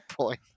point